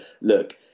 look